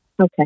Okay